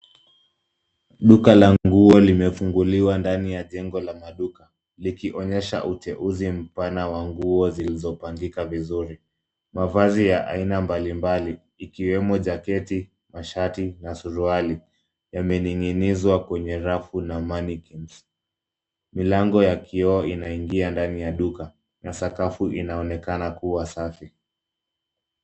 Duka la nguo limefunguliwa ndani ya jengo la maduka, likionyesha uteuzi mpana wa nguo zilizopangika vizuri. Mavazi ya aina mbalimbali, ikiwemo jaketi, mashati, na suruali yamening'inizwa kwenye rafu na mannequins . Milango ya kioo inaingia ndani ya duka na sakafu inaonekana kuwa safi.